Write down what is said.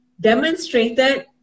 demonstrated